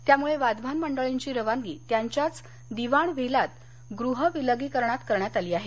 त्यामुळे वाधवान मंडळींची रवानगी त्यांच्याच दिवाण व्हीलात गृह विलगीकरणात करण्यात आली आहे